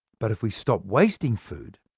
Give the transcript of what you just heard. but if we stop wasting food,